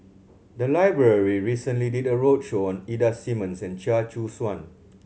the library recently did a roadshow on Ida Simmons and Chia Choo Suan